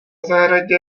zahradě